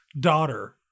daughter